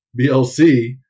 BLC